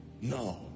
no